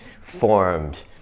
formed